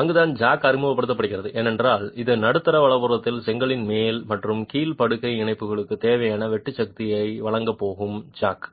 அங்குதான் ஜாக் அறிமுகப்படுத்தப்படுகிறது ஏனென்றால் அது நடுத்தர வலதுபுறத்தில் செங்கலின் மேல் மற்றும் கீழ் படுக்கை இணைப்புகளுக்கு தேவையான வெட்டு சக்தியை வழங்கப் போகும் ஜாக்